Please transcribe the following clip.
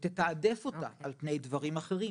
ותתעדף אותה על פני דברים אחרים,